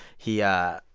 he yeah.